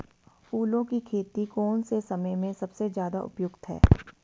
फूलों की खेती कौन से समय में सबसे ज़्यादा उपयुक्त है?